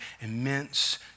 immense